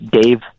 Dave